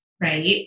right